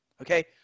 okay